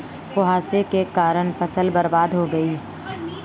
कुहासे के कारण फसल बर्बाद हो गयी